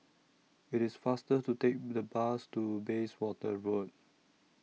IT IS faster to Take The Bus to Bayswater Road